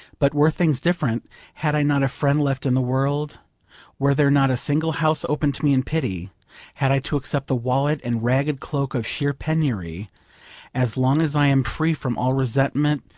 but were things different had i not a friend left in the world were there not a single house open to me in pity had i to accept the wallet and ragged cloak of sheer penury as long as i am free from all resentment,